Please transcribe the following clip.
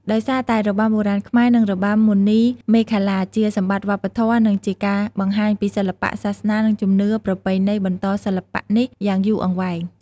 ដោយសារតែរបាំបុរាណខ្មែរនិងរបាំមណីមេខលា ជាសម្បត្តិវប្បធម៌ និងជាការបង្ហាញពីសិល្បៈ សាសនា និងជំនឿប្រពៃណីបន្តសិល្បៈនេះយ៉ាងយូរអង្វែង។